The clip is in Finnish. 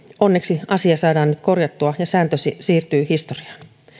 onneksi asia saadaan nyt korjattua ja sääntö siirtyy historiaan